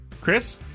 Chris